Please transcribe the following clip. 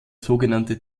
sogenannte